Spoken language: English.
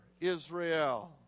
Israel